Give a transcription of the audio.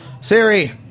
Siri